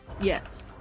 Yes